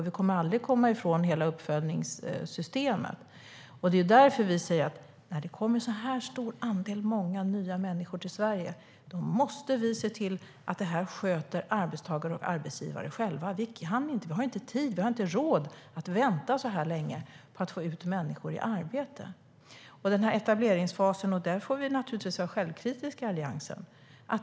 Man kommer aldrig att komma ifrån uppföljningssystemen. Det är därför som vi säger att när det kommer så här många nya människor till Sverige måste vi se till att arbetstagare och arbetsgivare själva sköter detta. Vi har inte tid och inte råd att vänta så här länge på att få ut människor i arbete. Vi i Alliansen får naturligtvis vara självkritiska till etableringsfasen.